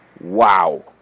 Wow